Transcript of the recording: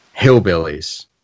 hillbillies